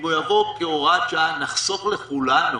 אם הוא יבוא בהוראת שעה, נחסוך לכולנו